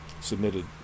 Submitted